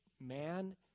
man